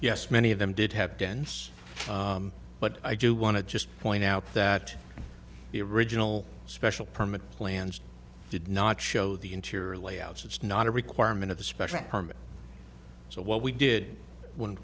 yes many of them did have dense but i do want to just point out that the original special permit plans did not show the interior layouts it's not a requirement of the special permit so what we did when